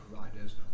providers